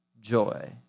joy